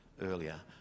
earlier